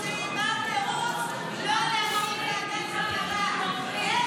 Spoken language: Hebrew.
-- ועם ראש ממשלה באופן אישי,